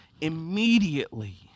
immediately